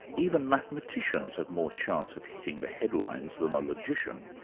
even mathematicians have more chance of hitting the headlines than a logician.